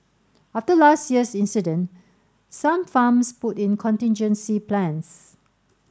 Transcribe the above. after last year's incident some farms put in contingency plans